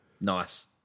Nice